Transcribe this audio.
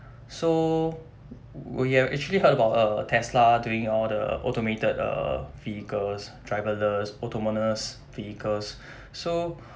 so w~ we've actually heard about uh Tesla doing all the automate err vehicles travelers autonomous vehicles so